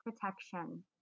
protection